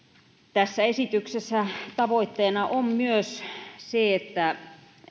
tässä esityksessä tavoitteena on myös se että